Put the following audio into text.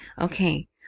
Okay